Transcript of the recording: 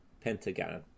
Pentagon